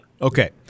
Okay